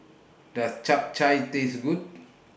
Does Chap Chai Taste Good